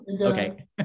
Okay